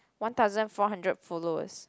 one thousand four hundred followers